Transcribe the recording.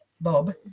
Bob